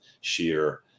sheer